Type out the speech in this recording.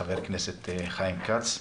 חבר הכנסת חיים כץ,